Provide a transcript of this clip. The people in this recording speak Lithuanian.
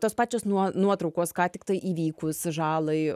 tos pačios nuo nuotraukos ką tiktai įvykus žalai